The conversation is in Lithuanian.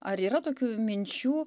ar yra tokių minčių